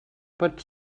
pot